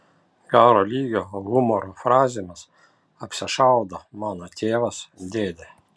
gero lygio humoro frazėmis apsišaudo mano tėvas dėdė